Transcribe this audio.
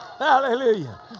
Hallelujah